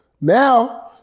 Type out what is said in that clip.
Now